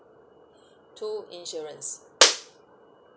two insurance